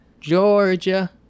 Georgia